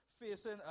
facing